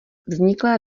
vzniklé